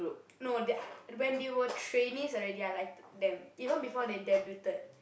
no they I when they were trainees already I liked them even before they debuted